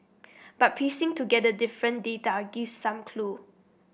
but piecing together different data gives some clue